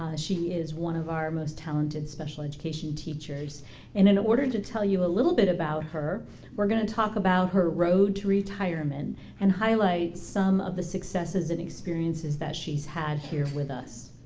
she is one of our most talented special education teachers and in order to tell you a little bit about her we're going to talk about her road to retirement and highlight some of the successes and experiences that she's had here with us.